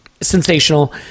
sensational